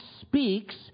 speaks